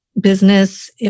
business